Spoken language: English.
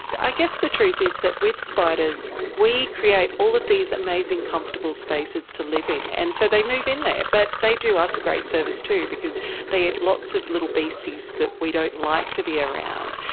i guess the truth is that with spiders we create all of these amazing comfortable spaces to live in, and so they move in there, but they do us a great service too because they eat lots of little beasties that we don't like to be around.